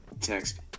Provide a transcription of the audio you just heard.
text